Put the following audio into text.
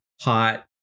hot